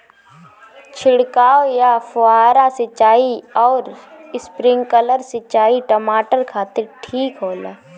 छिड़काव या फुहारा सिंचाई आउर स्प्रिंकलर सिंचाई टमाटर खातिर ठीक होला?